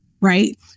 right